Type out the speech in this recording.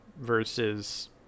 versus